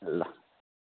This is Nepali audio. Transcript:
ल